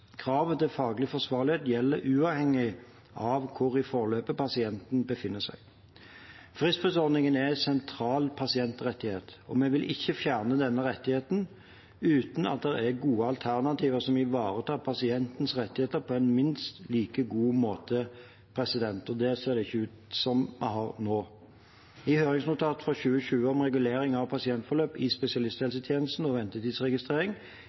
Kravet til faglig forsvarlighet gjelder uavhengig av hvor i forløpet pasienten befinner seg. Fristbruddordningen er en sentral pasientrettighet. Vi vil ikke fjerne denne rettigheten uten at det er gode alternativer som ivaretar pasientens rettigheter på en minst like god måte. Det ser det ikke ut til at vi har nå. I høringsnotatet fra 2020, om regulering av pasientforløp i spesialisthelsetjenesten og